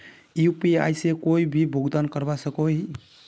UPI से कोई भी भुगतान करवा सकोहो ही?